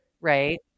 Right